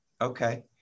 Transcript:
Okay